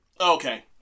okay